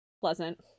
pleasant